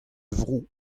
vro